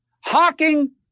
Hawking